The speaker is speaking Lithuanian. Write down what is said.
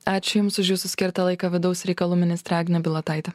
ačiū jums už jūsų skirtą laiką vidaus reikalų ministrė agnė bilotaitė